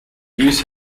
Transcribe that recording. use